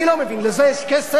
אני לא מבין, לזה יש כסף?